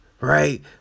Right